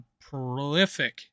prolific